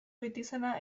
goitizena